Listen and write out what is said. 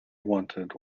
wanted